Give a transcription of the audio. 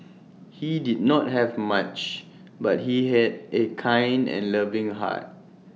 he did not have much but he had A kind and loving heart